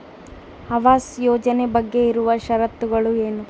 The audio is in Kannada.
ಆವಾಸ್ ಯೋಜನೆ ಬಗ್ಗೆ ಇರುವ ಶರತ್ತುಗಳು ಏನು?